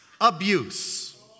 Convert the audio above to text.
Abuse